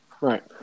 Right